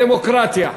הדמוקרטיה.